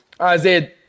Isaiah